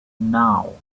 now